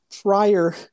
prior